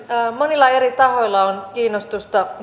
monilla eri tahoilla on kiinnostusta